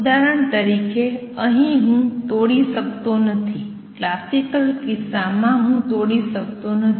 ઉદાહરણ તરીકે અહીં હું તોડી શકતો નથી ક્લાસિકલ કિસ્સામાં હું તોડી શકતો નથી